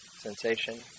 sensation